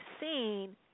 seen